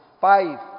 Five